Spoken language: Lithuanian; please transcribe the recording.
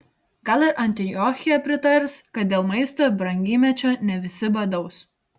gal ir antiochija pritars kad dėl maisto brangymečio ne visi badaus